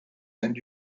and